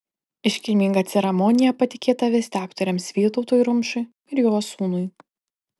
iškilmingą ceremoniją patikėta vesti aktoriams vytautui rumšui ir jo sūnui